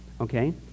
Okay